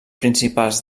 principals